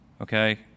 okay